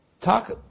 Talk